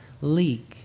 leak